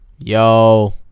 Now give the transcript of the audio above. Yo